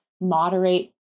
moderate